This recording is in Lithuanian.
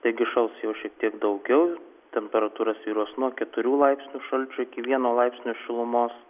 taigi šals jau šiek tiek daugiau temperatūra svyruos nuo keturių laipsnių šalčio iki vieno laipsnio šilumos